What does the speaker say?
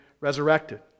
resurrected